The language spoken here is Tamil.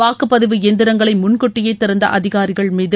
வாக்குப்பதிவு எந்திரங்களை முன்கூட்டியே திறந்த அதிகாரிகள் மீது